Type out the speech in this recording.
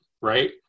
right